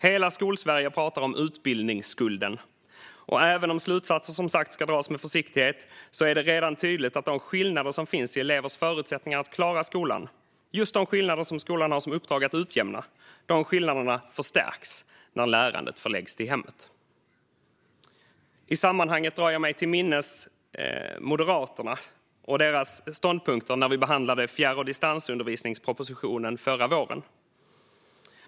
Hela Skolsverige pratar om utbildningsskulden, och även om slutsatser som sagt ska dras med försiktighet är det redan tydligt att de skillnader som finns i elevers förutsättningar att klara skolan - just de skillnader som skolan har som uppdrag att utjämna - förstärks när lärandet förläggs till hemmet. I sammanhanget drar jag mig till minnes Moderaterna och deras ståndpunkter när vi behandlade fjärr och distansundervisningspropositionen förra våren.